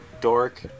dork